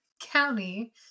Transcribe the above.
county